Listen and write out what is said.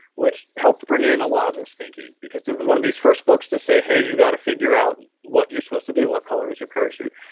which helped to bring in a lot of this thinking because it was one of these first books to say, hey you got to figure out what you're supposed to do, what color is your parachute?